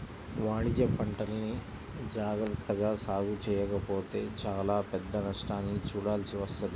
వాణిజ్యపంటల్ని జాగర్తగా సాగు చెయ్యకపోతే చానా పెద్ద నష్టాన్ని చూడాల్సి వత్తది